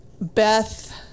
Beth